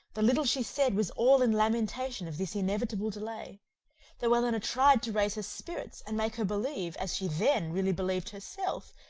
the little she said was all in lamentation of this inevitable delay though elinor tried to raise her spirits, and make her believe, as she then really believed herself,